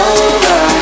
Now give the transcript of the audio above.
over